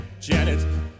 Janet